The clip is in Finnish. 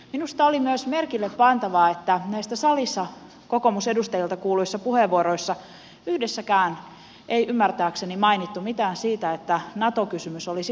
minusta oli myös merkillepantavaa että näistä salissa kokoomusedustajilta kuulluissa puheenvuoroissa yhdessäkään ei ymmärtääkseni mainittu mitään siitä että nato kysymys olisi kansanäänestyskysymys